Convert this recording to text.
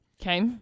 Okay